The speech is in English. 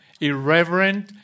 irreverent